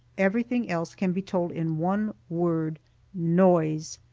everything else can be told in one word noise.